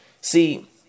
See